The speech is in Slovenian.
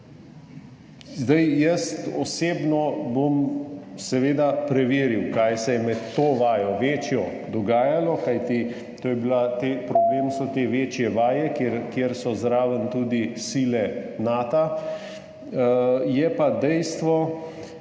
uri. Jaz osebno bom seveda preveril, kaj se je med to večjo vajo dogajalo, kajti problem so te večje vaje, kjer so zraven tudi sile Nata. Je pa dejstvo,